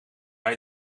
bij